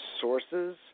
sources